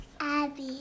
Abby